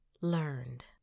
Learned